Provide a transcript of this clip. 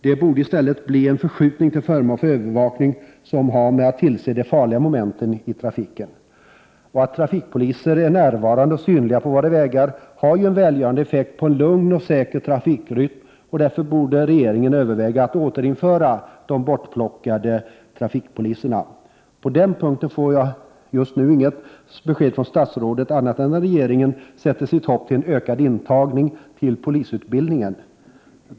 Det borde i stället bli en förskjutning till förmån för en övervakning av de farliga momenten i trafiken. Att trafikpoliser är närvarande och synliga på våra vägar har ju en välgörande effekt och ger en lugn och säker trafikrytm, och därför borde regeringen överväga att återinföra de ”bortplockade” trafikpoliserna. På den punkten får jag just nu inget besked från statsrådet annat än att regeringen sätter sitt hopp till en ökad intagning till polisutbildningen.